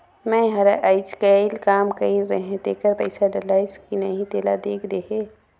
मै हर अईचकायल काम कइर रहें तेकर पइसा डलाईस कि नहीं तेला देख देहे?